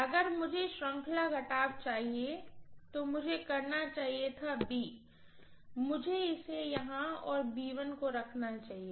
अगर मुझे श्रृंखला घटाव चाहिए जो मुझे करना चाहिए था मुझे इसे यहां और रखना चाहिए